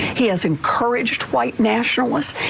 he has encouraged white nationalists.